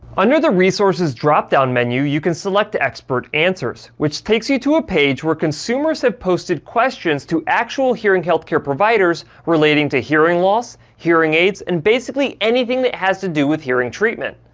under the resources dropdown menu, you can select expert answers, which takes you to a page where consumers have posted questions to actual hearing healthcare providers, relating to hearing loss, hearing aids, and basically anything that has to do with hearing treatment.